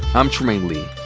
i'm trymaine lee.